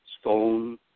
stone